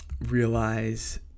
realize